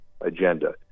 agenda